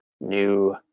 new